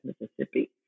Mississippi